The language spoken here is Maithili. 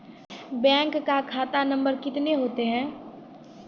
बैंक का खाता नम्बर कितने होते हैं?